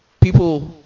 people